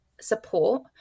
support